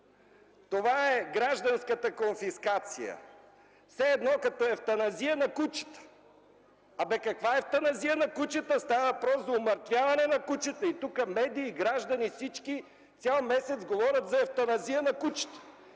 Това е гражданската конфискация. Все едно като евтаназията на кучета. Абе, каква евтаназия на кучета? Става въпрос за умъртвяване на кучета. Медиите, гражданите и всички цял месец говорят за евтаназия на кучета.